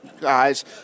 guys